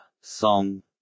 song